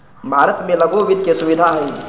भारत में लघु वित्त के सुविधा हई